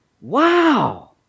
Wow